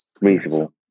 Reasonable